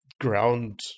ground